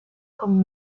con